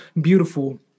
beautiful